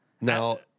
Now